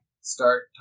Start